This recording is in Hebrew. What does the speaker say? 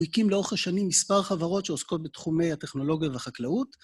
הוא יקים לאורך השנים מספר חברות שעוסקות בתחומי הטכנולוגיה והחקלאות,